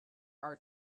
are